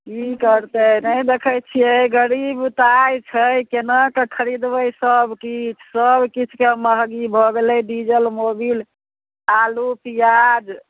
की करतै नहि देखैत छियै गरीब तऽ आइ छै केनाके खरिदबै सब किछु सब किछुके महगी भऽ गेलै डीजल मोबिल आलु पिआज